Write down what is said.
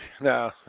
No